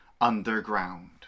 underground